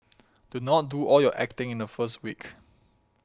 do not do all your acting in the first week